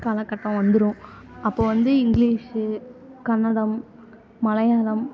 காலக்கட்டம் வந்துடும் அப்போது வந்து இங்லீஷ்ஷு கன்னடம் மலையாளம்